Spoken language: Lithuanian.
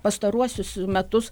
pastaruosius metus